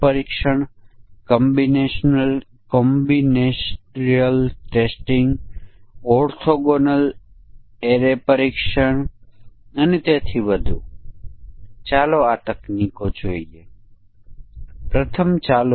પ્રથમ એક સરળ ઉદાહરણ છે ચાલો આપણે ઉદાહરણ નું નિવેદન વાંચીએ